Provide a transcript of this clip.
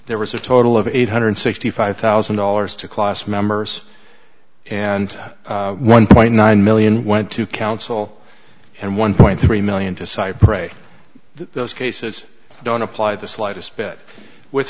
there was a total of eight hundred sixty five thousand dollars to class members and one point nine million went to council and one point three million to cypre those cases don't apply the slightest bit with